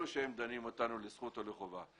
אלו שדנים אותנו לזכות או לחובה.